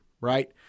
right